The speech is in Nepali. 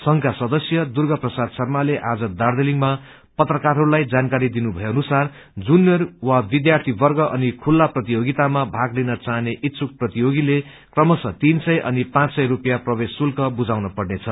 संषका सदस्य दुर्गा प्रसाद शर्माल आज दार्जीलिङमा पत्रकारहरूलाई जानकारी दिनुथए अनुसार जुनियर वा विध्यार्ती वर्ग अनि खुल्ला प्रतियोगितामा भाग लिन चाहने इच्छुक प्रतियोगीले क्रमशः तीन सय अनि पाँच सय स्पियाँ प्रवेश शुल्क बुझाउन पनँछ